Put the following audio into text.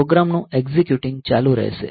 પ્રોગ્રામનું એકઝીક્યુટિંગ ચાલુ રહેશે